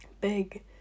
big